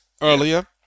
earlier